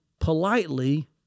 politely